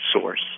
source